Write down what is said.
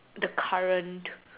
the current